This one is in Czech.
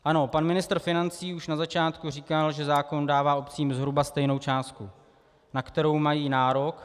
Ano, pan ministr financí už na začátku říkal, že zákon dává obcím zhruba stejnou částku, na kterou mají nárok.